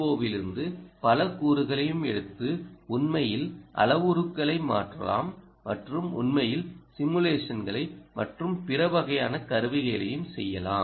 ஓவிலிருந்து பல கூறுகளையும் எடுத்து உண்மையில் அளவுருக்களை மாற்றலாம் மற்றும் உண்மையில் சிமுலேஷன்கள் மற்றும் பிற வகையான கருவிகளையும் செய்யலாம்